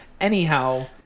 Anyhow